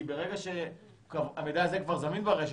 המידע הזה כבר זמין ברשת,